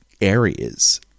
areas